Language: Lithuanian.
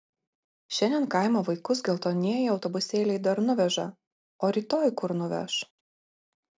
šiandien kaimo vaikus geltonieji autobusėliai dar nuveža o rytoj kur nuveš